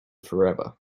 forever